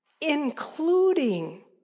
including